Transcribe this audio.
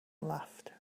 laughed